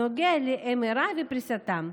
הנוגע ל-MRI ופריסתם,